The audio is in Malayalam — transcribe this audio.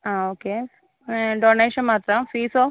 ആ ഓക്കെ ഡൊണേഷൻ മാത്രമാണോ ഫീസോ